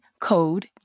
code